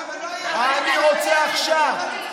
אני רוצה עכשיו.